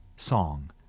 song